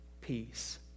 peace